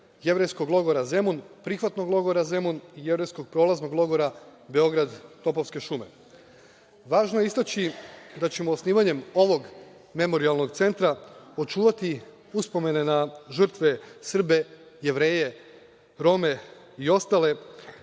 „Jevrejskog logora Zemun“, „Prihvatnog logora Zemun“ i „Jevrejskog prolaznog logora Beograd – Topolske šume“.Važno je istaći da ćemo osnivanjem ovog Memorijalnog centra očuvati uspomene na žrtve Srbe, Jevreje, Rome i ostale